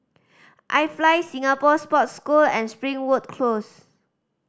I Fly Singapore Sports School and Springwood Close